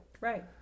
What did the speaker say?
Right